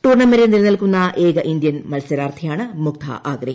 ടൂർണമെന്റിൽ നിലനിൽക്കുന്ന ഏക ഇന്ത്യൻ മത്സരാർഥിയാണ് മുഗ്ധ അഗ്രേ